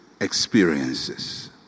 experiences